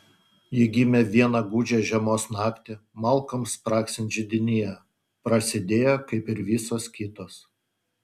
ji gimė vieną gūdžią žiemos naktį malkoms spragsint židinyje prasidėjo kaip ir visos kitos